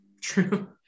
true